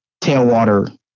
tailwater